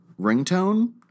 ringtone